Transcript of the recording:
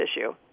issue